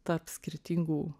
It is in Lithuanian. tarp skirtingų